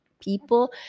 people